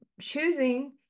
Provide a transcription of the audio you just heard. choosing